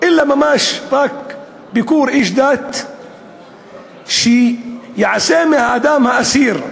ממש רק ביקור איש דת שיעשה מהאדם האסיר,